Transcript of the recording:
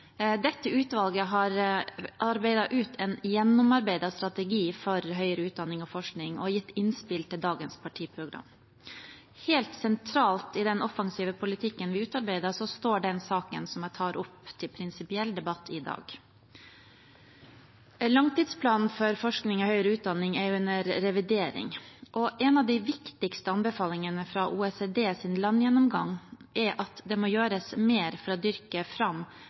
Dette utvalget har arbeidet ut en gjennomarbeidet strategi for høyere utdanning og forskning og gitt innspill til dagens partiprogram. Helt sentralt i den offensive politikken vi utarbeidet, står den saken som jeg tar opp til prinsipiell debatt i dag. Langtidsplanen for forskning og høyere utdanning er en revidering. En av de viktigste anbefalingene fra OECDs landgjennomgang er at det må gjøres mer for å dyrke fram